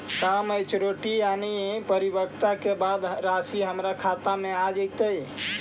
का मैच्यूरिटी यानी परिपक्वता के बाद रासि हमर खाता में आ जइतई?